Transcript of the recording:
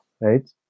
right